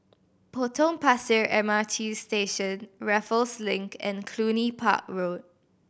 Potong Pasir M R T Station Raffles Link and Cluny Park Road